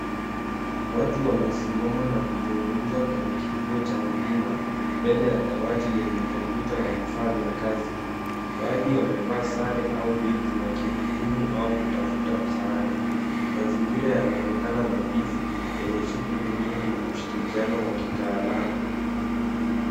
Watu wamesimama na kuzungumza kwenye kituo cha Huduma, mbele ya dawati yenye kompyuta na vifaa vya kazi. Baadhi wamevaa sare au beji wakihudumu au kutafuta msaada. Mazingira yanaonekana nadhifu yenye shughuli nyingi na ushirikiano wa kitaalamu.